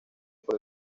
por